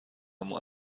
اما